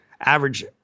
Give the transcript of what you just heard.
Average